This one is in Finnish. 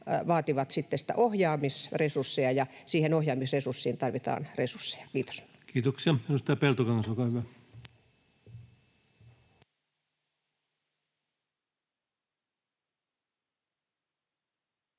niitä ohjaamisresursseja ja siihen ohjaamiseen tarvitaan resursseja. — Kiitos. Kiitoksia. — Edustaja Peltokangas, olkaa hyvä.